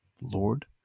lord